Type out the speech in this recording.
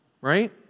Right